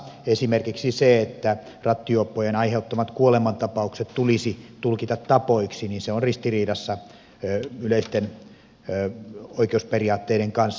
esimerkiksi se että rattijuoppojen aiheuttamat kuolemantapaukset tulisi tulkita tapoiksi on ristiriidassa yleisten oikeusperiaatteiden kanssa